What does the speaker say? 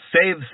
save